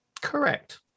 correct